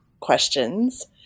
questions